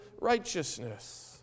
righteousness